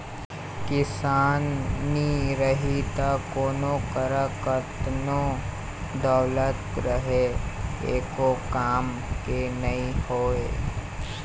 किसान नी रही त कोनों करा कतनो दउलत रहें एको काम के नी होय